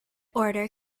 order